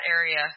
area